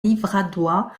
livradois